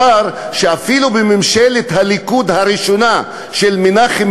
אפילו בממשלת הליכוד הראשונה של מנחם